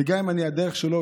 וגם אם הדרך שלו,